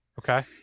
Okay